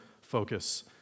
focus